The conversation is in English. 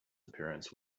appearance